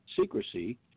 secrecy